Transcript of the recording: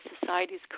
society's